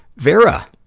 vera